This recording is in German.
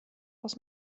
aus